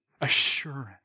Assurance